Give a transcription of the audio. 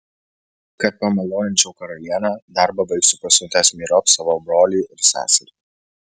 kad pamaloninčiau karalienę darbą baigsiu pasiuntęs myriop savo brolį ir seserį